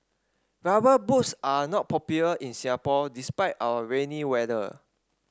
rubber boots are not popular in Singapore despite our rainy weather